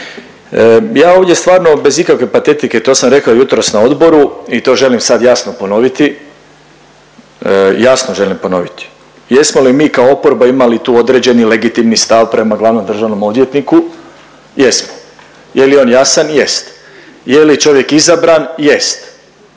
Ja ovdje stvarno bez ikakve patetike, to sam rekao jutros na odboru i to želim sad jasno ponoviti, jasno želim ponoviti, jesmo li mi kao oporba imali tu određeni legitimni stav prema glavnom državnom odvjetniku? Jesmo. Je li on jasan? Jest. Je li čovjek izabran? Jest.